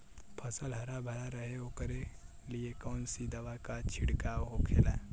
फसल हरा भरा रहे वोकरे लिए कौन सी दवा का छिड़काव होखेला?